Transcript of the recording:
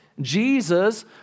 Jesus